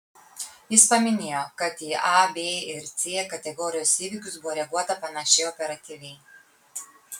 jis paminėjo kad į a b ir c kategorijos įvykius buvo reaguota panašiai operatyviai